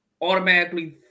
automatically